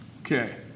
Okay